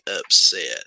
upset